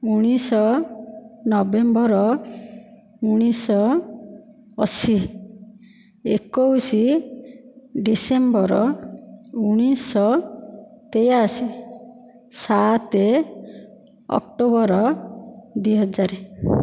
ଉଣେଇଶ ନଭେମ୍ବର ଉଣେଇଶହ ଅଶି ଏକୋଇଶି ଡିସେମ୍ବର ଉଣେଇଶହ ତେୟାଅଶି ସାତ ଅକ୍ଟୋବର ଦୁଇ ହଜାର